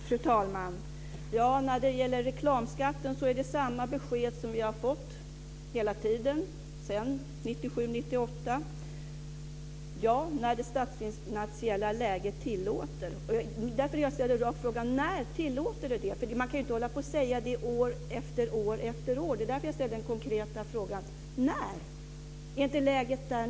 Fru talman! När det gäller reklamskatten har vi hela tiden sedan 1997/98 fått samma besked: Ja, när det statsfinansiella läget tillåter. Därför ställer jag den raka frågan: När tillåter det statsfinansiella läget det? Man kan ju inte säga samma sak år efter år. Därför frågar jag konkret: När blir det så? Är det möjligen inte så att vi nu har det läget?